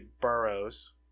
burrows